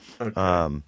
Okay